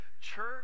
church